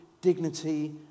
dignity